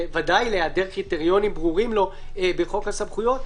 וודאי להיעדר קריטריונים ברורים לו בחוק הסמכויות.